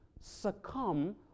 succumb